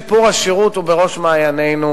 שיפור השירות הוא בראש מעיינינו,